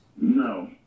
No